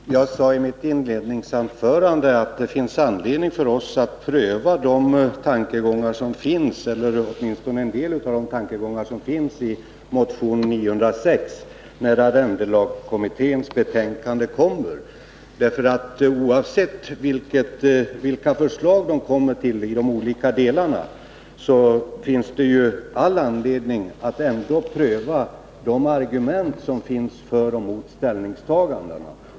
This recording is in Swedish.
Herr talman! Jag sade i mitt inledningsanförande att det finns anledning för oss att, när arrendelagskommitténs betänkande läggs fram, pröva åtminstone en del av de tankegångar som finns i motion 906. Oavsett vilka förslag kommittén lägger fram i de olika delarna finns det all anledning att pröva de argument som finns för och emot ställningstagandena.